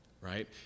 Right